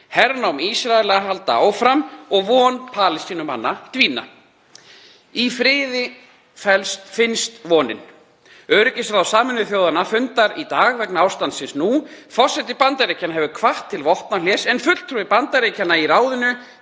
hernám Ísraela halda áfram og von Palestínumanna dvína. Í friði finnst vonin. Öryggisráð Sameinuðu þjóðanna fundar í dag vegna ástandsins. Forseti Bandaríkjanna hefur hvatt til vopnahlés, en fulltrúi Bandaríkjanna í ráðinu